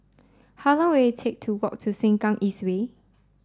how long will it take to walk to Sengkang East Way